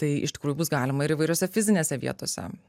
tai iš tikrųjų bus galima ir įvairiose fizinėse vietose